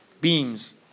beams